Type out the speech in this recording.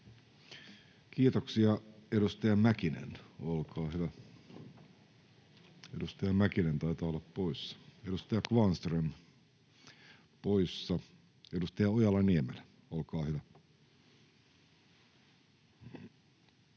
Kiitoksia. — Edustaja Mäkinen taitaa olla poissa, edustaja Kvarnström poissa. — Edustaja Ojala-Niemelä, olkaa hyvä.